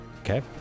Okay